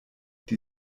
die